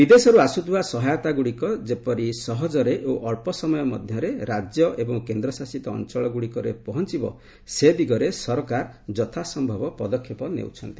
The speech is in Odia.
ବିଦେଶରୁ ଆସୁଥିବା ସହାୟତା ଗୁଡ଼ିକ ଯେପରି ସହଜରେ ଓ ଅଳ୍ପ ସମୟ ମଧ୍ୟରେ ରାଜ୍ୟ ଏବଂ କେନ୍ଦ୍ରଶାସିତ ଅଞ୍ଚଳ ଗୁଡ଼ିକରେ ପହଞ୍ଚୁବ ସେ ଦିଗରେ ସରକାର ଯଥାସ୍ଥବ ପଦକ୍ଷେପ ନେଉଛନ୍ତି